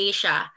Asia